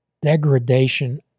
degradation